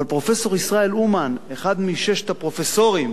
אבל פרופסור ישראל אומן, אחד מששת הפרופסורים